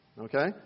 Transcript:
Okay